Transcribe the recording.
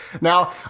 Now